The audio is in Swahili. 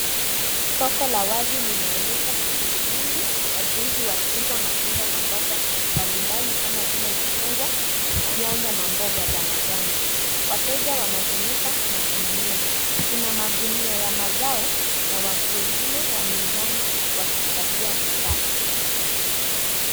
Soko la wazi linaonyesha shughuli nyingi wajuuzi wakiuza matunda na mboga mbalimbali kama vile machungwa, nyanya na mboga za majani. Wateja wanazunguka na kununua. Kuna magunia ya mazao na watu wengine wameinama wakichagua bidhaa.